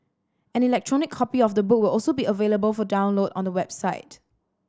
an electronic copy of the book will also be available for download on the website